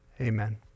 Amen